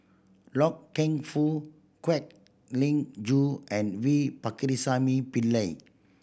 Loy Keng Foo Kwek Leng Joo and V Pakirisamy Pillai